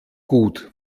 gut